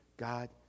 God